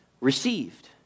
received